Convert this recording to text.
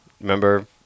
Remember